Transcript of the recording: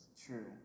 True